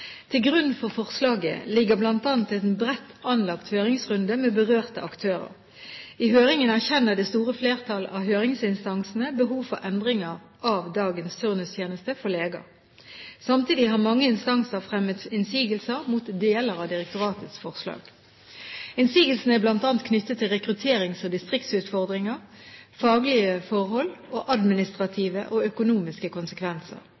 Til grunn for forslaget ligger bl.a. en bredt anlagt høringsrunde med berørte aktører. I høringen erkjenner det store flertallet av høringsinstansene behov for endringer av dagens turnustjeneste for leger. Samtidig har mange instanser fremmet innsigelser mot deler av direktoratets forslag. Innsigelsene er bl.a. knyttet til rekrutterings- og distriktsutfordringer, faglige forhold og administrative og økonomiske konsekvenser.